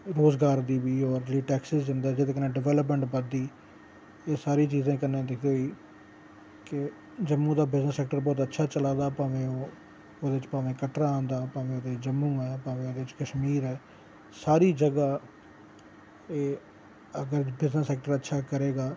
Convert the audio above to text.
रोज़गार दी बी होर होर टैक्स जंदे जेह्दे कन्नै डैवलपमैंट बधदी एह् सारी चीजें कन्नै दिखदे होई कि जम्मू दा बिजनस सैक्टर बहुत अच्छा चलै दा भामें ओह् दे च भामें कटरां औंदा भामें जम्मू ऐ भामें ओह्दे च कश्मीर ऐ सारी जगह् अगर बिजनस सैक्टर अच्छा करे तां